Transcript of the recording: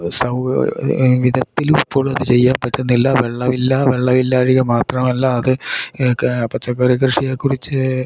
സൌകര്യം വിധത്തിലും ഇപ്പോഴും അതു ചെയ്യാൻ പറ്റുന്നില്ല വെള്ളമില്ല വെള്ളമില്ലായ്ക മാത്രമല്ല അത് ഒക്കെ പച്ചക്കറിക്കൃഷിയെ കുറിച്ച്